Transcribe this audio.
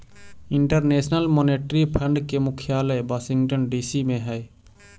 international monetary fund के मुख्यालय Washington DC में हई